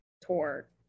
tour